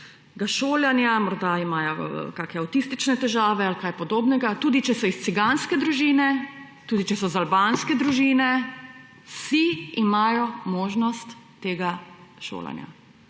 šolanja, morda imajo kake avtistične težave ali kaj podobnega, tudi če so iz ciganske družine, tudi če so iz albanske družine, vsi imajo možnost tega šolanja.